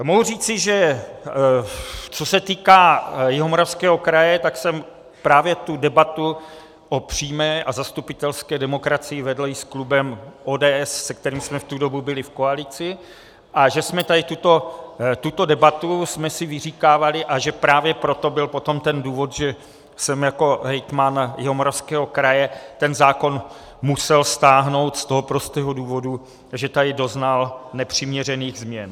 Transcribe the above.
Mohu říci, že co se týká Jihomoravského kraje, tak jsem právě debatu o přímé a zastupitelské demokracii vedl i s klubem ODS, se kterým jsme v tu dobu byli v koalici, a že jsme tady tuto debatu si vyříkávali, a právě proto byl potom ten důvod, že jsem jako hejtman Jihomoravského kraje ten zákon musel stáhnout z toho prostého důvodu, že tady doznal nepřiměřených změn.